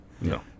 No